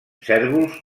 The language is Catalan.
cérvols